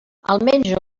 almenys